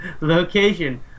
location